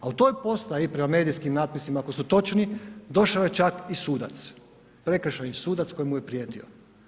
A u toj postaji prema medijskim natpisima ako su točni, došao je čak i sudac, prekršajni sudac koji mu je prijetio.